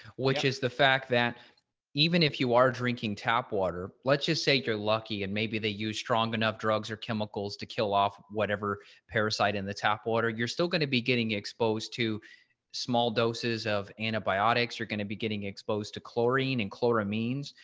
which is the fact that even if you are drinking tap water, let's just say you're lucky and maybe they use strong enough drugs or chemicals to kill off whatever parasite in the tap water, you're still going to be getting exposed to small doses of antibiotics, you're going to be getting exposed to chlorine and chloramines,